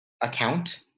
account